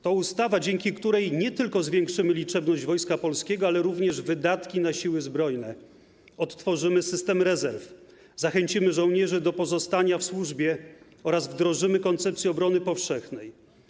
To ustawa, dzięki której nie tylko zwiększymy liczebność Wojska Polskiego, ale również wydatki na Siły Zbrojne, odtworzymy system rezerw, zachęcimy żołnierzy do pozostania w służbie oraz wdrożymy koncepcję obrony powszechnej.